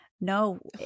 no